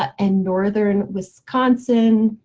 and northern wisconsin,